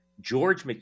George